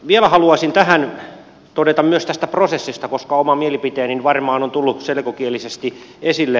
vielä haluaisin tähän todeta myös tästä prosessista koska oma mielipiteeni varmaan on tullut selkokielisesti esille